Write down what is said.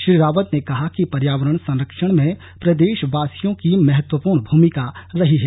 श्री रावत ने कहा कि पर्यावरण संरक्षण में प्रदेशवासियों की महत्वपूर्ण भूमिका रही है